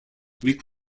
trips